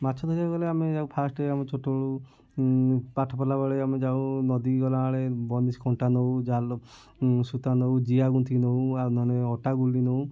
ମାଛ ଧରିବାକୁ ଗଲେ ଆମେ ଯାଉ ଫାର୍ଷ୍ଟ୍ ଆମ ଛୋଟ ବେଳୁ ପାଠ ପଢ଼ିଲା ବେଳେ ଆମେ ଯାଉ ନଦୀକୁ ଗଲାବେଳେ ବନିଶୀ କଣ୍ଟା ନେଉ ଜାଲ ସୂତା ନେଉ ଜିଆ ଗୁନ୍ଥିକି ନେଉ ଆଉ ନହେନେ ଅଟା ଗୁଲି ନେଉ